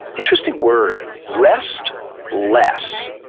interesting word, rest less.